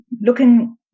looking